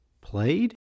played